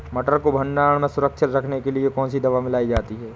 मटर को भंडारण में सुरक्षित रखने के लिए कौन सी दवा मिलाई जाती है?